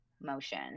motion